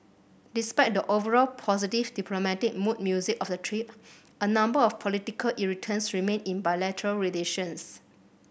despite the overall positive diplomatic mood music of the trip a number of political irritants remain in bilateral relations